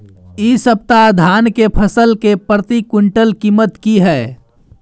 इ सप्ताह धान के फसल के प्रति क्विंटल कीमत की हय?